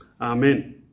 Amen